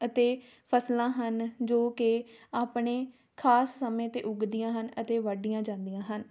ਅਤੇ ਫਸਲਾਂ ਹਨ ਜੋ ਕਿ ਆਪਣੇ ਖਾਸ ਸਮੇਂ 'ਤੇ ਉੱਗਦੀਆਂ ਹਨ ਅਤੇ ਵੱਢੀਆਂ ਜਾਂਦੀਆਂ ਹਨ